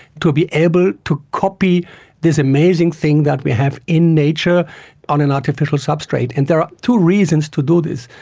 to be able to copy this amazing thing that we have in nature on an artificial substrate. and there are two reasons to do this.